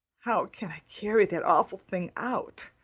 how can i carry that awful thing out?